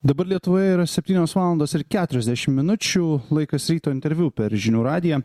dabar lietuvoje yra septynios valandos ir keturiasdešim minučių laikas ryto interviu per žinių radiją